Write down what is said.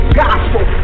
gospel